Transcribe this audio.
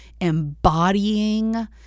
embodying